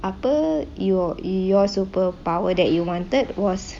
apa you your superpower that you wanted was